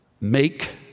make